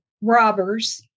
robbers